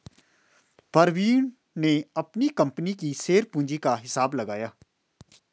प्रवीण ने अपनी कंपनी की शेयर पूंजी का हिसाब लगाया